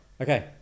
Okay